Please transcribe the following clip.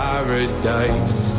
Paradise